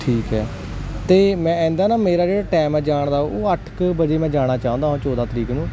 ਠੀਕ ਹ ਤੇ ਮੈਂ ਐਦਾਂ ਨਾ ਮੇਰਾ ਜਿਹੜਾ ਟਾਈਮ ਜਾਣਦਾ ਉਹ ਅੱਠ ਕੁ ਵਜੇ ਮੈਂ ਜਾਣਾ ਚਾਹੁੰਦਾ ਚੋਦਾਂ ਤਰੀਕ ਨੂੰ